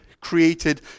created